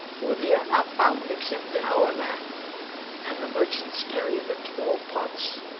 for they are not found except in our land and the merchants carry them to all parts.